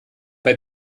bei